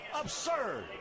absurd